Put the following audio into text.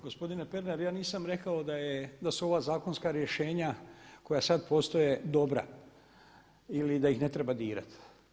Gospodine Pernar ja nisam rekao da su ova zakonska rješenja koja sada postoje dobra ili da ih ne treba dirati.